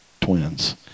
twins